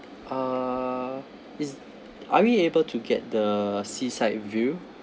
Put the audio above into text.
uh is are we able to get the seaside view